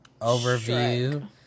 Overview